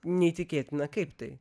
neįtikėtina kaip tai